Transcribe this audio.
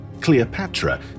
Cleopatra